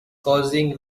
causing